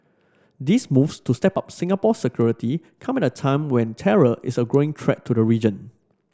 these moves to step up Singapore's security come at a time when terror is a growing threat to the region